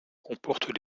comportent